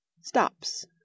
Stops